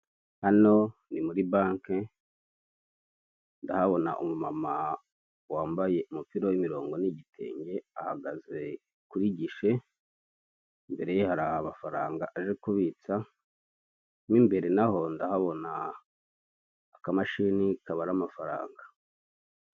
Hano ni muri banke ndahabona umumama wambaye umupira w'imirongo n'igitenge ahagaze kuri gishe. Imbere ye hari amafaranga aje kubitsa, mu imbere naho ndahabona akamashini kabara amafaranga.